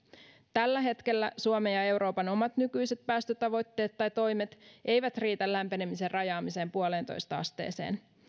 tällä hetkellä suomen ja euroopan omat nykyiset päästötavoitteet tai toimet eivät riitä lämpenemisen rajaamiseen yhteen pilkku viiteen asteeseen